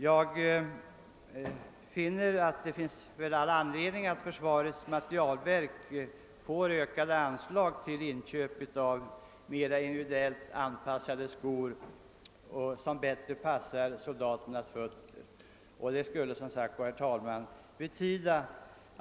Jag anser att det finns all anledning att ge försvarets materielverk ökat anslag till inköp av mera individuellt an passade skor som bättre lämpar sig för, soldaternas fötter.